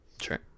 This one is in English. Sure